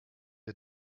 der